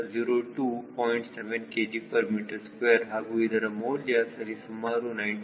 7 kgm2 ಹಾಗೂ ಇದರ ಮೌಲ್ಯ ಸರಿಸುಮಾರು 97